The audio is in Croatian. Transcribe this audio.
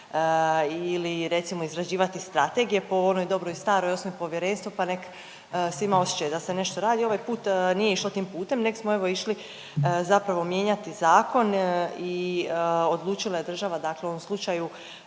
ili recimo izrađivati strategije po onoj dobroj staroj osnuj povjerenstvo pa nek se ima osjećaj da se nešto radi. Ovaj put nije išlo tim putem neg smo evo išli zapravo mijenjati zakon i odlučila je država u ovom slučaju